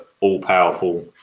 all-powerful